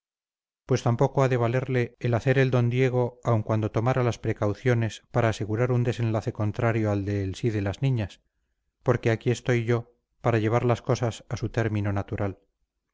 pues tampoco ha de valerle el hacer el d diego aun cuando tomara las precauciones para asegurar un desenlace contrario al de el sí de las niñas porque aquí estoy yo para llevar las cosas a su término natural